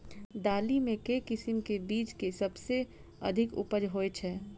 दालि मे केँ किसिम केँ बीज केँ सबसँ अधिक उपज होए छै?